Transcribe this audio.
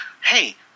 Hey